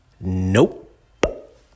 nope